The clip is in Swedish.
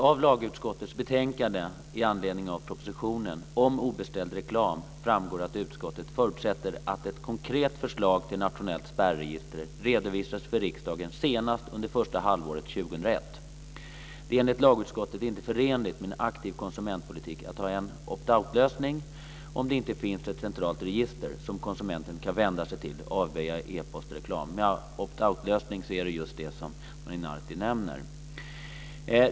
Av lagutskottets betänkande med anledning av propositionen om obeställd reklam framgår att utskottet förutsätter att ett konkret förslag till nationellt spärregister redovisas för riksdagen senast under första halvåret 2001. Det är enligt lagutskottet inte förenligt med en aktiv konsumentpolitik att ha en opt out-lösning om det inte finns ett centralt register som konsumenten kan vända sig till och avböja e-postreklam. Med en opt outlösning är det just så som Ana Maria Narti nämner.